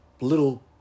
Little